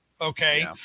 Okay